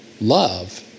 love